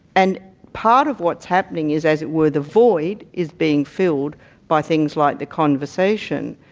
and part of what's happening is, as it were, the void is being filled by things like the conversation.